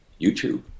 YouTube